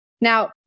Now